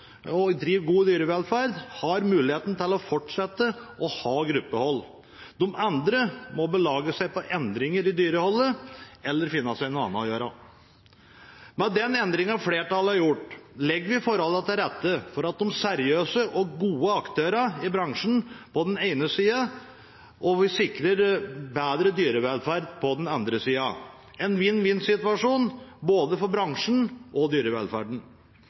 god dyrevelferd, har muligheten til å fortsette å ha gruppehold. De andre må belage seg på endringer i dyreholdet eller finne seg noe annet å gjøre. Med den endringen som flertallet har gjort, legger vi forholdene til rette for de seriøse og gode aktørene i bransjen på den ene sida, og vi sikrer bedre dyrevelferd på den andre sida – en vinn-vinn-situasjon både for bransjen og for dyrevelferden.